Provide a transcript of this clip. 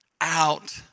out